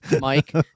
Mike